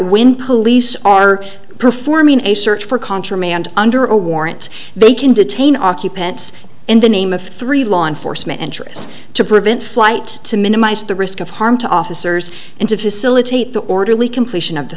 when police are performing a search for contraband under a warrant they can detain occupants in the name of three law enforcement interests to prevent flight to minimize the risk of harm to officers and to facilitate the orderly completion of t